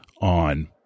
on